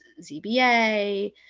ZBA